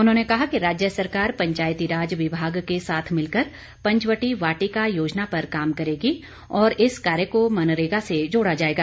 उन्होंने कहा कि राज्य सरकार पंचायतीराज विभाग के साथ मिल कर पंचवटी वाटिका योजना पर काम करेगी और इस कार्य को मरनेगा से जोड़ा जाएगा